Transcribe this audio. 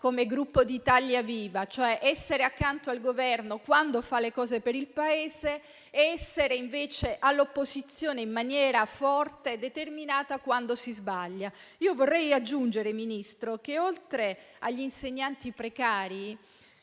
come Gruppo Italia Viva: essere cioè accanto al Governo quando fa le cose per il Paese ed essere invece all'opposizione in maniera forte e determinata quando si sbaglia. Vorrei aggiungere, Ministro, che, oltre agli insegnanti precari,